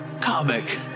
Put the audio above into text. comic